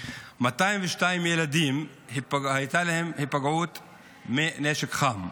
202 ילדים נפגעו מנשק חם.